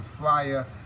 fire